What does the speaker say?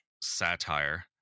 satire